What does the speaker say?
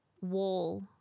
wall